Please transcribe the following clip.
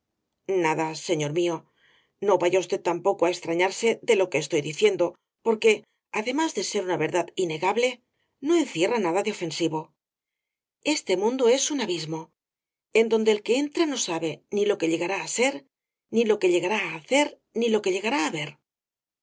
nada señor mío no vaya usted tampoco á e x trañarse de lo que estoy diciendo porque además de ser una verdad innegable no encierra nada de ofensivo este mundo es un abismo en donde el que entra no sabe ni lo que llegará á ser ni lo que llegará á hacer ni lo que llegará á ver